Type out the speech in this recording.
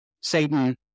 Satan